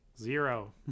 Zero